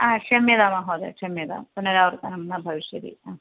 हा शम्यतां महोदया क्षम्यता पुनरावर्तनं न भविष्यति आ